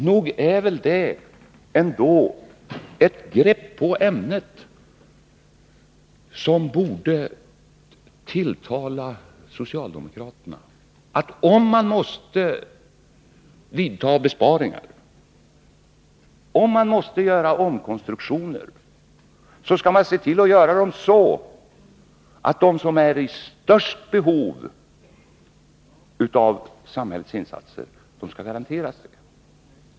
Nog är väl det ett grepp på ämnet som borde tilltala socialdemokraterna. Om man måste vidta besparingar och göra omkonstruktioner, skall man se till att göra det så att de som är i störst behov av samhällets insatser skall garanteras dessa.